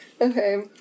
Okay